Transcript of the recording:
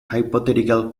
hypothetical